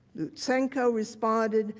lutsenko responded,